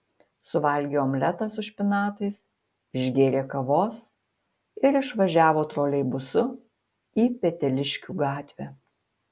suvalgė omletą su špinatais išgėrė kavos ir išvažiavo troleibusu į peteliškių gatvę